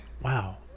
wow